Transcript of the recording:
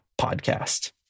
Podcast